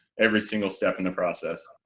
every single step in the process.